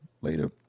Later